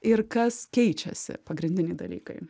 ir kas keičiasi pagrindiniai dalykai